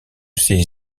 ses